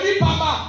papa